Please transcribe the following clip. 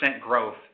growth